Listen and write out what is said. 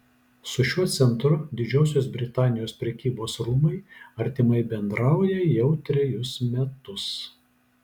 su šiuo centru didžiosios britanijos prekybos rūmai artimai bendrauja jau trejus metus